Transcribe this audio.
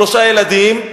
שלושה ילדים,